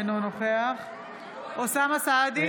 אינו נוכח אוסאמה סעדי,